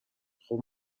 خوب